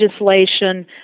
legislation